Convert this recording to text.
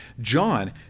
John